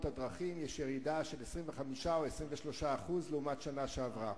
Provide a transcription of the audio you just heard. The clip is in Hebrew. הדרכים של 25% או 23% לעומת השנה שעברה.